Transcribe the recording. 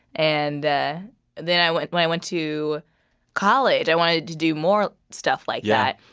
and ah then i went when i went to college, i wanted to do more stuff like yeah